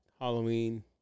halloween